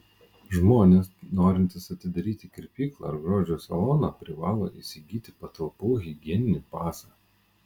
žmonės norintys atidaryti kirpyklą ar grožio saloną privalo įsigyti patalpų higieninį pasą